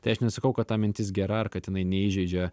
tai aš nesakau kad ta mintis gera ar kad jinai neįžeidžia